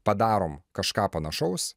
padarom kažką panašaus